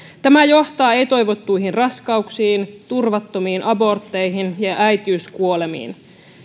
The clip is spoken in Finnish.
tämä johtaa ei toivottuihin raskauksiin turvattomiin abortteihin ja äitiyskuolemiin